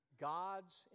God's